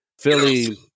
Philly